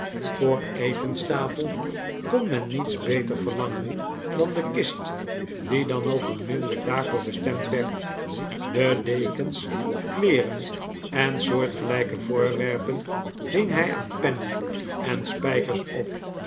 voor etenstafel kon men niets beter verlangen dan de kist die dan ook onmiddellijk daarvoor bestemd werd de dekens kleeren en soortgelijke voorwerpen hing hij aan pennen en spijkers op